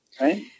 right